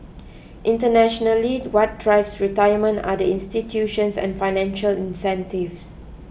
internationally what drives retirement are the institutions and financial incentives